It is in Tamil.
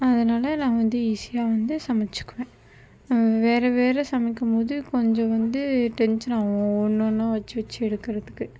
அதனால் நான் வந்து ஈஸியாக வந்து சமைச்சிக்குவேன் வேற வேற சமைக்கும் போது கொஞ்சம் வந்து டென்ஷன் ஆகும் ஒன்று ஒன்றா வச்சு வச்சு எடுக்கிறத்துக்கு